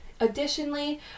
Additionally